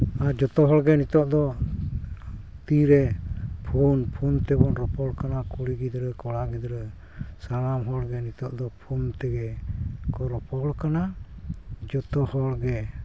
ᱟᱨ ᱡᱚᱛᱚ ᱦᱚᱲᱜᱮ ᱱᱤᱛᱳᱜ ᱫᱚ ᱛᱤᱨᱮ ᱯᱷᱳᱱ ᱯᱷᱳᱱ ᱛᱮᱵᱚᱱ ᱨᱚᱯᱚᱲ ᱠᱟᱱᱟ ᱠᱩᱲᱤ ᱜᱤᱫᱽᱨᱟᱹ ᱠᱚᱲᱟ ᱜᱤᱫᱽᱨᱟᱹ ᱥᱟᱱᱟᱢ ᱦᱚᱲᱜᱮ ᱱᱤᱛᱳᱜ ᱫᱚ ᱯᱷᱳᱱ ᱛᱮᱜᱮ ᱠᱚ ᱨᱚᱯᱚᱲ ᱠᱟᱱᱟ ᱡᱚᱛᱚ ᱦᱚᱲᱜᱮ